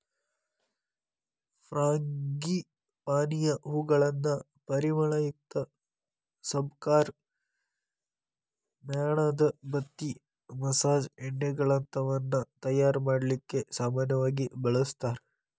ಫ್ರಾಂಗಿಪಾನಿಯ ಹೂಗಳನ್ನ ಪರಿಮಳಯುಕ್ತ ಸಬಕಾರ್, ಮ್ಯಾಣದಬತ್ತಿ, ಮಸಾಜ್ ಎಣ್ಣೆಗಳಂತವನ್ನ ತಯಾರ್ ಮಾಡ್ಲಿಕ್ಕೆ ಸಾಮನ್ಯವಾಗಿ ಬಳಸ್ತಾರ